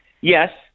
yes